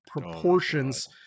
proportions